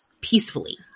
peacefully